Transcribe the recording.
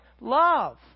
love